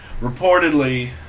Reportedly